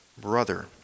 brother